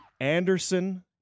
Anderson